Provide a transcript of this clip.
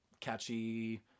catchy